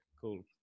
cool